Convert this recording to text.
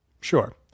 Sure